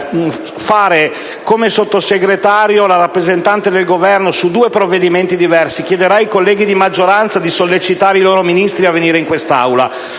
collega Sottosegretario rappresentare il Governo su due provvedimenti diversi. Chiederei ai colleghi di maggioranza di sollecitare i Ministri a venire in questa Aula.